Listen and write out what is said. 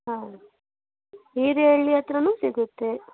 ಹಾಂ ಹೀರಿಹಳ್ಳಿ ಹತ್ತಿರನೂ ಸಿಗುತ್ತೆ